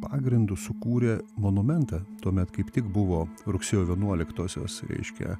pagrindu sukūrė monumentą tuomet kaip tik buvo rugsėjo vienuoliktosios reiškia